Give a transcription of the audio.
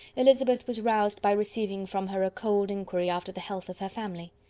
elizabeth was roused by receiving from her a cold inquiry after the health of her family.